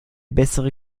bessere